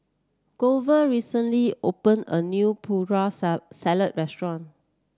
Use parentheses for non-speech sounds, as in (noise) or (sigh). Glover recently opened a new Putri (unintelligible) Salad restaurant